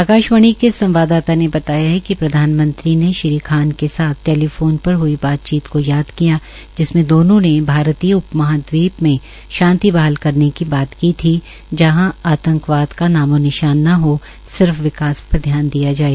आकाशवाणी के संवाददाता ने बताया कि प्रधानमंत्री ने श्री खान के साथ टैलीफोन पर हुई बातचीत को याद किया जिसमें दोनों ने भारतीय उप महादवीप में शांति बहाल करने की बात की थी जहां आंतकवाद का नामो निशान न हो सिर्फ विकास पर ध्यान दिया जाए